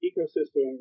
Ecosystem